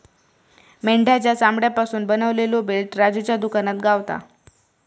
मेंढ्याच्या चामड्यापासून बनवलेलो बेल्ट राजूच्या दुकानात गावता